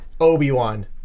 Obi-Wan